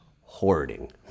hoarding